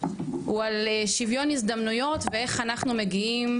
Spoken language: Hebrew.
הוא על שוויון הזדמנויות ואיך אנחנו מגיעים